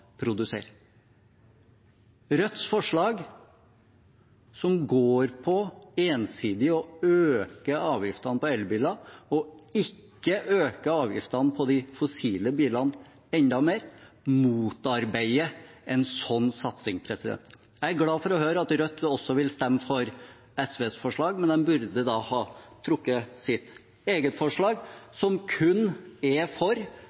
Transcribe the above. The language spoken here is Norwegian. Rødts forslag, som går på ensidig å øke avgiftene på elbiler og ikke øke avgiftene på de fossile bilene enda mer, motarbeider en sånn satsing. Jeg er glad for å høre at Rødt også vil stemme for SVs forslag, men de burde da ha trukket sitt eget forslag, som kun er for